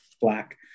black